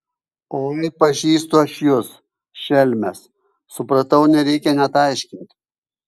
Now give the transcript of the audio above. oi pažįstu aš jus šelmes supratau nereikia net aiškinti